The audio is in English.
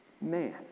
man